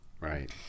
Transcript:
Right